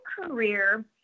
career